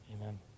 amen